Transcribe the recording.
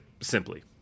simply